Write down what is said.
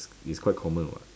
it's quite common [what]